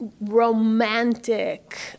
romantic